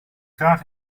graag